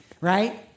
Right